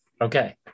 Okay